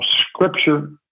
Scripture